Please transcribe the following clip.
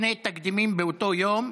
שני תקדימים באותו יום.